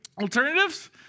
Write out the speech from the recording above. Alternatives